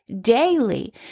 daily